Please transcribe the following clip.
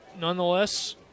nonetheless